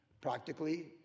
practically